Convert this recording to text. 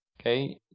okay